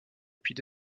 depuis